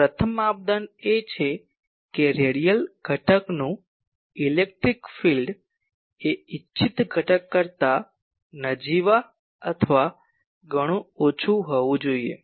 પ્રથમ માપદંડ એ છે કે રેડિયલ ઘટકનું ઇલેક્ટ્રિક ફિલ્ડ એ ઇચ્છિત ઘટક કરતા નજીવા અથવા ઘણું ઓછું હોવું જોઈએ